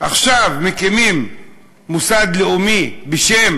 עכשיו מקימים מוסד לאומי בשם